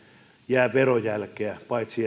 jää verojälkeä paitsi